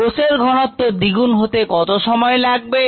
কোষের ঘনত্ব দ্বিগুণ হতে কত সময় লাগবে